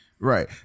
Right